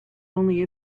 only